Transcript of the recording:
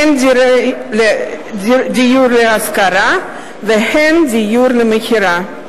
הן דיור להשכרה והן דיור למכירה.